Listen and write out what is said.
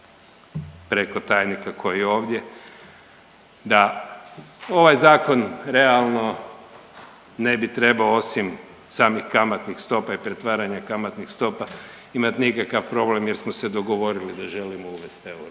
preko tajnika koji je ovdje da ovaj zakon realno ne bi trebao osim samih kamatnih stopa i pretvaranje kamatnih stopa imati nikakav problem, jer smo se dogovorili da želimo uvesti euro.